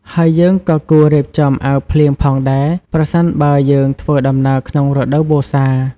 ហើយយើងក៏គួររៀបចំអាវភ្លៀងផងដែរ ប្រសិនបើយើងធ្វើដំណើរក្នុងរដូវវស្សា។